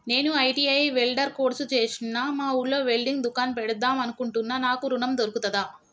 నేను ITI welder course చేశ్న మా ఊర్లో వెల్డింగ్ దుకాన్ పెడదాం అనుకుంటున్నా నాకు ఋణం దొర్కుతదా?